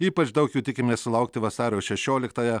ypač daug jų tikimės sulaukti vasario šešioliktąją